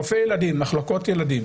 רופאי ילדים, מחלקות ילדים,